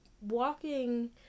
walking